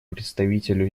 представителю